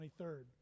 23rd